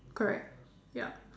correct ya